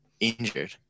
injured